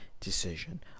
decision